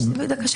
קרה